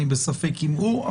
אני בספק אם הוא,